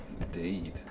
Indeed